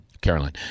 Caroline